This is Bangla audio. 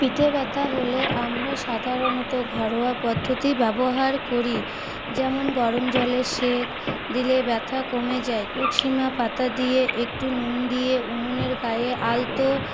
পিঠে ব্যথা হলে আমরা সাধারণত ঘরোয়া পদ্ধতি ব্যবহার করি যেমন গরম জলে সেঁক দিলে ব্যথা কমে যায় কুকশিমা পাতা দিয়ে একটু নুন দিয়ে উনোনের গায়ে আলতো